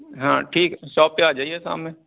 ہاں ٹھیک ہے شاپ پہ آ جائیے شام میں